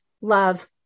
love